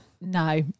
No